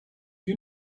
you